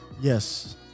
yes